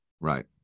Right